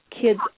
kids